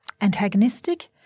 antagonistic